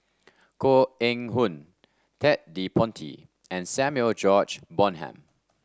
Koh Eng Hoon Ted De Ponti and Samuel George Bonham